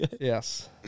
Yes